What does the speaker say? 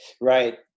Right